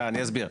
אני אסביר.